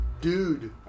Dude